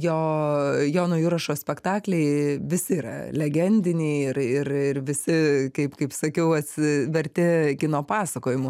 jo jono jurašo spektakliai visi yra legendiniai ir ir ir visi kaip kaip sakiau atsi verti kino pasakojimų